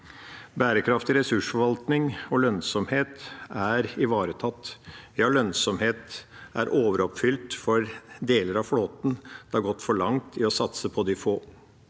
Bærekraftig ressursforvaltning og lønnsomhet er ivaretatt – ja, lønnsomhet er overoppfylt for deler av flåten. Det har gått for langt i å satse på de få.